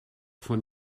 von